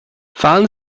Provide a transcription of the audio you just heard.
fahren